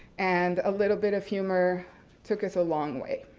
and a little bit of humor took us a long way.